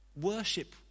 Worship